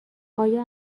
آیا